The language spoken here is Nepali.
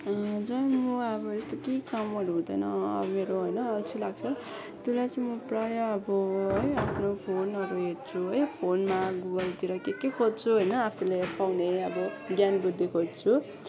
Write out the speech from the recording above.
हजुर म अब यस्तो केही कामहरू हुँदैन अब मेरो होइन अल्छी लाग्छ त्यसलाई चाहिँ म प्रायः अब है आफ्नो फोनहरू हेर्छु है फोनमा गुगलतिर के के खोज्छु होइन आफूले पाउने अब ज्ञान बुद्धि खोज्छु